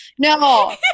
No